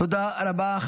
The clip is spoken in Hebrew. תודה רבה.